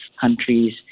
countries